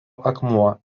akmuo